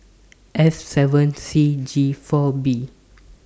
F seven C G four B